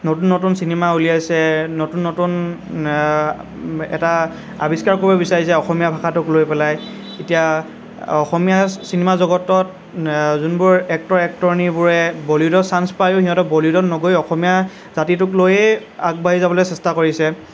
নতুন নতুন চিনেমা ওলিয়াইছে নতুন নতুন এটা আৱিষ্কাৰ কৰিব বিচাৰিছে অসমীয়া ভাষাটোক লৈ পেলাই এতিয়া অসমীয়া চিনেমা জগতত যোনবোৰ এক্টৰ এক্টৰনীবোৰে বলিউডত চাঞ্চ পায়ো বলিউডত নগৈ অসমীয়া জাতিটোক লৈয়ে আগবাঢ়ি যাবলৈ চেষ্টা কৰিছে